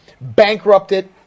bankrupted